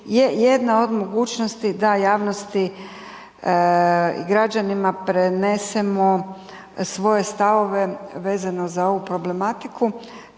je jedna od mogućnosti da javnosti i građanima prenesemo svoje stavove vezano za ovu problematiku